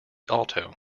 alto